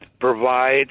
provide